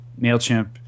MailChimp